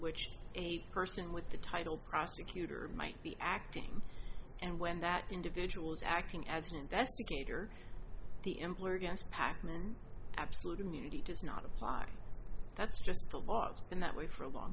which a person with the title prosecutor might be acting and when that individuals acting as an investigator the employer against packman absolute immunity does not apply that's just the law it's been that way for a long